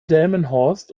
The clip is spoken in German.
delmenhorst